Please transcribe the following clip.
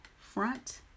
front